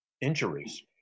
injuries